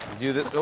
do this oh.